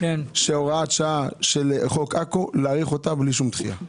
להאריך את הוראת השעה של חוק עכו בלי שום דחייה.